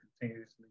continuously